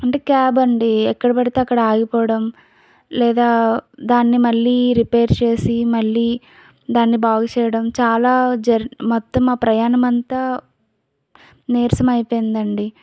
అంటే క్యాబ్ అండి ఎక్కడపడితే అక్కడ ఆగిపోవడం లేదా దాన్ని మళ్ళీ రిపేరు చేసి మళ్ళీ దాన్ని బాగు చేయడం చాలా జర్ మొత్తం మా ప్రయాణం అంతా నీరసం అయిపోయిందండి